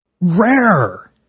rare